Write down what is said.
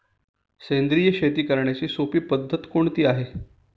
सेंद्रिय शेती करण्याची सोपी पद्धत कोणती आहे का?